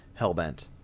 Hellbent